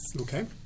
Okay